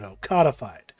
codified